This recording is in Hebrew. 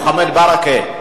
מוחמד ברכה,